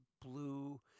blue